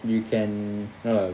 you can sort of